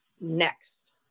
next